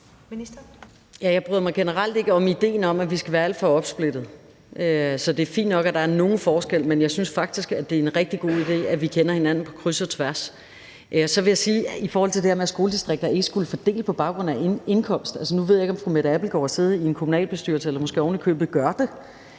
idéen om, at vi skal være alt for opsplittet. Så det er fint nok, at der er nogen forskel, men jeg synes faktisk, det er en rigtig god idé, at vi kender hinanden på kryds og tværs. Så vil jeg sige i forhold til det her med, at skoledistrikter ikke skulle fordele på baggrund af indkomst: Nu ved jeg ikke, om fru Mette Abildgaard har siddet i en kommunalbestyrelse eller måske ovenikøbet gør det,